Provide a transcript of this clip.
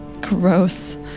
Gross